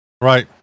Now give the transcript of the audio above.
right